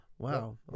Wow